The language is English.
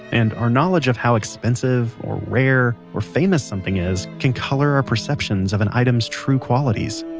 and our knowledge of how expensive, or rare, or famous something is can color our perceptions of an item's true qualities.